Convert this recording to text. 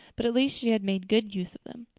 but at least she had made good use of them.